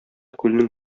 күлнең